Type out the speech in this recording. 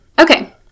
Okay